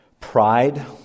Pride